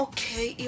Okay